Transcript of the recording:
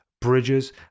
bridges